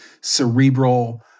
cerebral